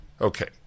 Okay